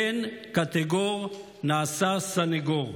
אין קטגור נעשה סנגור.